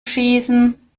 schießen